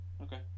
Okay